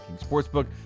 Sportsbook